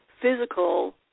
physical